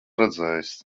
redzējis